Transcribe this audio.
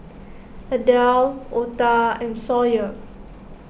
Adel Ota and Sawyer